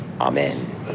Amen